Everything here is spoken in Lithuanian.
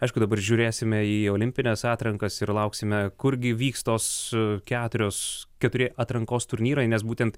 aišku dabar žiūrėsime į olimpines atrankas ir lauksime kurgi vyks tos keturios keturi atrankos turnyrai nes būtent